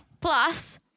Plus